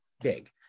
big